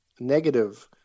negative